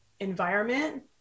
environment